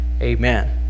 Amen